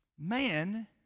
Man